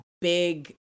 big